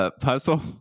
Puzzle